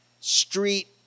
street